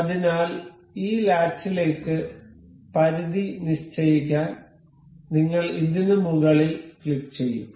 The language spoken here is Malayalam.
അതിനാൽ ഈ ലാച്ചിലേക്ക് പരിധി നിശ്ചയിക്കാൻ നിങ്ങൾ ഇതിന് മുകളിൽ ക്ലിക്കുചെയ്യും